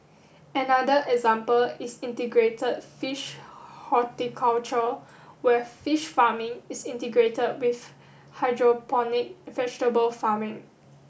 another example is integrated fish horticulture where fish farming is integrated with hydroponic vegetable farming